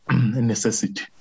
necessity